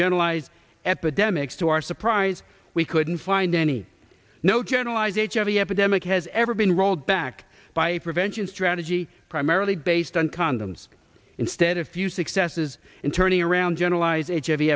generalized epidemics to our surprise we couldn't find any no generalize age of the epidemic has ever been rolled back by prevention strategy primarily based on condoms instead of few successes in turning around generalize